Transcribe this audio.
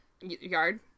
yard